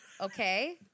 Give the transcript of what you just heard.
Okay